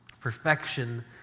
Perfection